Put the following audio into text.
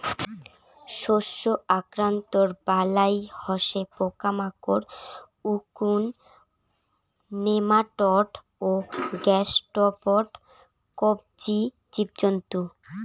শস্য আক্রান্তর বালাই হসে পোকামাকড়, উকুন, নেমাটোড ও গ্যাসস্ট্রোপড কবচী জীবজন্তু